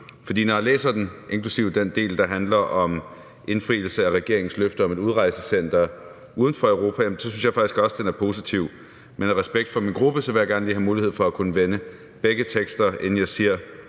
For når jeg læser den, inklusive den del, der handler om indfrielse af regeringens løfter om et udrejsecenter uden for Europa, så synes jeg faktisk også, den er positiv. Men af respekt for min gruppe vil jeg gerne lige have mulighed for at vende begge tekster, inden jeg siger,